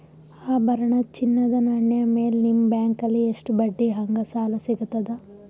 ಆಭರಣ, ಚಿನ್ನದ ನಾಣ್ಯ ಮೇಲ್ ನಿಮ್ಮ ಬ್ಯಾಂಕಲ್ಲಿ ಎಷ್ಟ ಬಡ್ಡಿ ಹಂಗ ಸಾಲ ಸಿಗತದ?